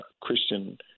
Christian